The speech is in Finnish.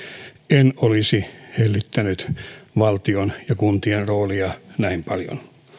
en olisi hellittänyt valtion ja kuntien roolia näin paljon